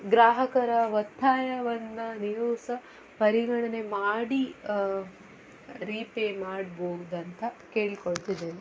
ಗ್ರಾಹಕರ ಒತ್ತಾಯವನ್ನು ನೀವು ಸಹ ಪರಿಗಣನೆ ಮಾಡಿ ರೀಪೇ ಮಾಡ್ಬೋದಂತ ಕೇಳ್ಕೊಳ್ತಿದ್ದೇನೆ